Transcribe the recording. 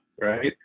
right